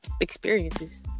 experiences